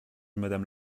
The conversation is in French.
madame